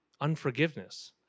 unforgiveness